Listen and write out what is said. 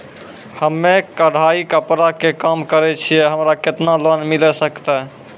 हम्मे कढ़ाई कपड़ा के काम करे छियै, हमरा केतना लोन मिले सकते?